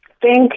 Thank